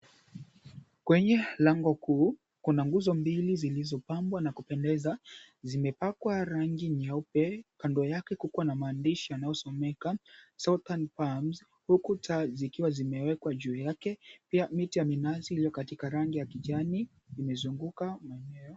Kwenye lango kuu kuna nguzo mbili zilizopambwa na kupendeza. Zimepakwa rangi nyeupe kando yake kukiwa na maandishi yanayosomeka, Southern Palms huku taa zikiwa zimewekwa juu yake, pia miti ya minazi iliyo katika ya rangi ya kijani imezunguka maeneo.